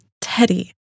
Teddy